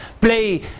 Play